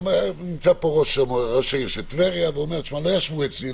נמצא פה ראש העיר של טבריה שאמר: לא ישבו אצלי,